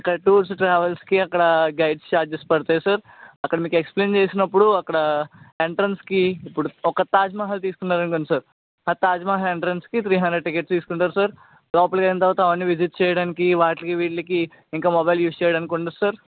ఒక టూర్స్ ట్రావెల్స్కి అక్కడ గైడ్స్ చార్జెస్ పడతాయి సార్ అక్కడ మీకు ఎక్స్ప్లెయిన్ చేసినప్పుడు అక్కడ ఎంట్రన్స్కి ఇప్పుడు ఒక తాజ్మహల్ తీసుకున్నారు అనుకోండి సార్ ఆ తాజ్మహల్ ఎంట్రన్స్కి త్రీ హండ్రెడ్ టికెట్ తీసుకుంటారు సర్ లోపలికి వెళ్ళిన తరువాత అవన్నీ విజిట్ చేయడానికి వాటిలికి వీటిలకి ఇంకా మొబైల్ యూస్ చేయడానికి ఉండదు సర్